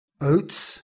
oats